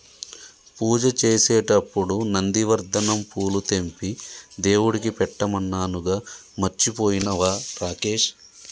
పూజ చేసేటప్పుడు నందివర్ధనం పూలు తెంపి దేవుడికి పెట్టమన్నానుగా మర్చిపోయినవా రాకేష్